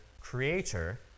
creator